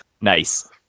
Nice